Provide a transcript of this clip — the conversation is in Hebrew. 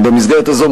במסגרת הזאת,